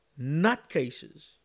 nutcases